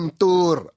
tur